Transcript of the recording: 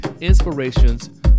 Inspirations